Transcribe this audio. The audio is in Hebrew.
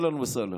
אהלן וסהלן.